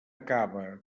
cava